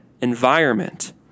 environment